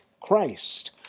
Christ